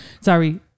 Sorry